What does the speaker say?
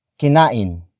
kinain